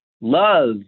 love